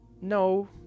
no